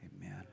amen